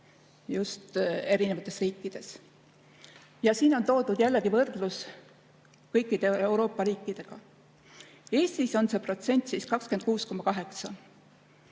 erinevates riikides. Siin on toodud võrdlus kõikide Euroopa riikidega. Eestis on see protsent 26,8.